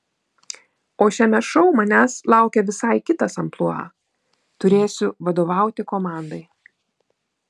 o šiame šou manęs laukia visai kitas amplua turėsiu vadovauti komandai